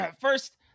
First